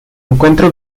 encuentra